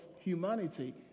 humanity